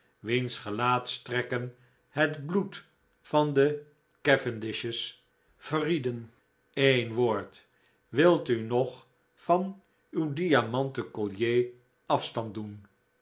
wiens gelaatstrekken het bloed van de cavendishes verrieden een woord wilt u nog van uw diamanten collier afstand doen